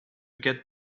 get